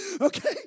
Okay